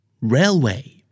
Railway